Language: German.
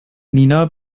nina